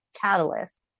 catalyst